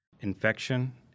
infection